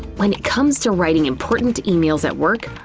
when it comes to writing important emails at work,